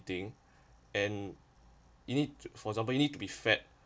thing and you need to for example you need to be fed